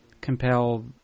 compel